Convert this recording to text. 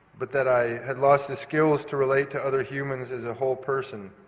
but that i had lost the skills to relate to other humans as a whole person.